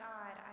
God